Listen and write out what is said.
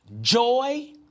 joy